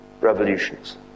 revolutions